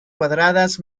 cuadradas